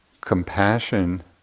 Compassion